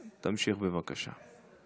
תמשיך, בבקשה.